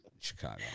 Chicago